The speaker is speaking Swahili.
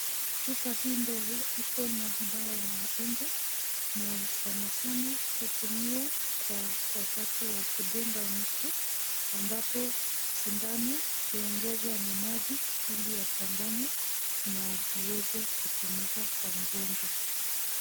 Chupa hii ndogo ikona dawa ya unga na sanasana hutumiwa kwa wakati wa kudunga mtu ambapo sindano huogezwa na maji ili yachanganye na iweze kutumika kwa mgonjwa.